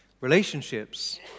Relationships